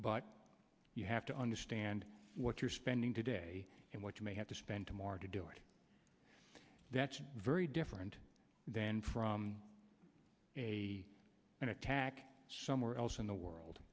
but you have to understand what you're spending today and what you may have to spend to morrow to do it that's very different than from a an attack somewhere else in the world